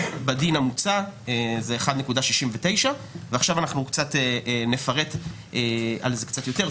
ובדין המוצע זה 1.69%. עכשיו נפרט על זה קצת יותר.